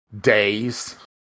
days